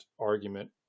argument